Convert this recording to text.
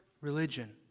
religion